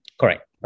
Correct